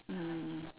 mm